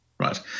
Right